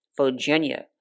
Virginia